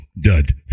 dud